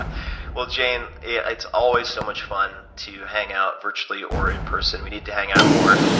ah well, jane, it's always so much fun to hang out virtually or in person. we need to hang out more.